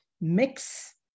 mix